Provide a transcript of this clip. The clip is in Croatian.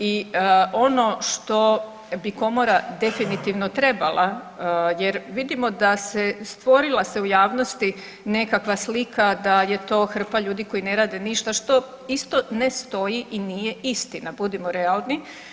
I on što bi Komora definitivno trebala, jer vidimo da se, stvorila se u javnosti nekakva slika da je to hrpa ljudi koji ne rade ništa što isto ne stoji i nije istina budimo realni.